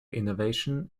innovation